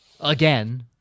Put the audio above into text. Again